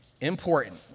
important